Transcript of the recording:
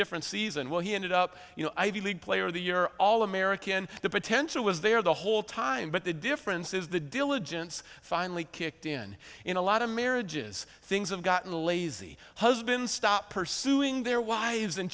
different season where he ended up you know ivy league player of the year all american the potential was there the whole time but the difference is the diligence finally kicked in in a lot of marriages things have gotten lazy husband stop pursuing the or wives